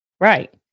Right